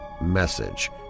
message